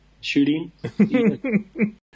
shooting